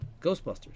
Ghostbusters